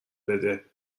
بده